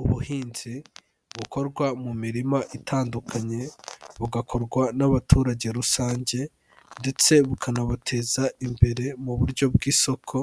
Ubuhinzi bukorwa mu mirima itandukanye, bugakorwa n'abaturage rusange ndetse bukanabuteza imbere mu buryo bw'isoko